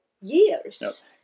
years